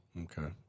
Okay